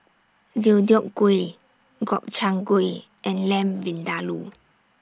Deodeok Gui Gobchang Gui and Lamb Vindaloo